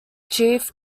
chief